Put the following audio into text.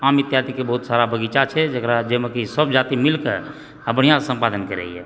आम इत्यादिके बहुत सारा बगीचा छै ओकरा जाहिमे कि सब जाति मिलके आ बढ़िआँसँ सम्पादन करैए